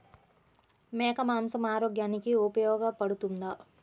మేక మాంసం ఆరోగ్యానికి ఉపయోగపడుతుందా?